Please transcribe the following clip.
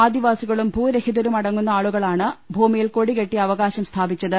ആദിവാസികളും ഭൂരഹിതരുമടങ്ങുന്ന ആളുകളാണ് ഭൂമിയിൽ കൊടികെട്ടി അവകാശം സ്ഥാപിച്ചത്